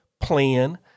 plan